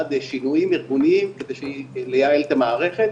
בעד שינויים ארגוניים בשביל לייעל את המערכת